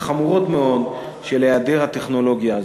החמורות מאוד של היעדר הטכנולוגיה הזאת.